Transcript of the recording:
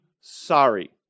sorry